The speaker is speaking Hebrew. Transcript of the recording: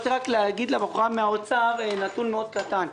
להגיד לבחורה מהאוצר נתון מאוד קטן.